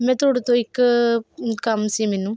ਮੈਂ ਤੁਹਾਡੇ ਤੋਂ ਇੱਕ ਕੰਮ ਸੀ ਮੈਨੂੰ